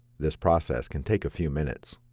this process can take a few minutes.